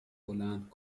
بلند